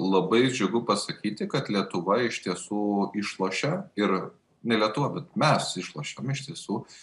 labai džiugu pasakyti kad lietuva iš tiesų išlošia ir ne lietuva bet mes išlošiam iš tiesų